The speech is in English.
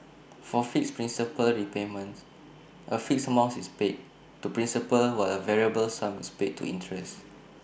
for fixed principal repayments A fixed amount is paid to principal while A variable sum is paid to interest